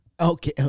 Okay